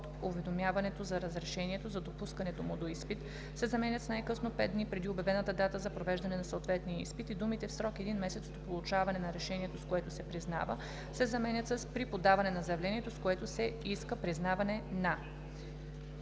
от уведомяването за решението за допускането му до изпит“ се заменят с „най-късно 5 дни преди обявената дата за провеждане на съответния изпит“ и думите „в срок един месец от получаване на решението, с което се признава“ се заменят с „при подаване на заявлението, с което се иска признаване на“.“